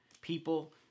people